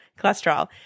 cholesterol